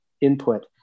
input